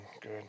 Good